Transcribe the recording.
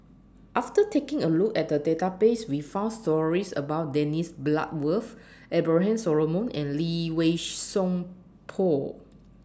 after taking A Look At The Database We found stories about Dennis Bloodworth Abraham Solomon and Lee Wei Song Paul